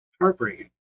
Heartbreaking